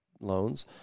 loans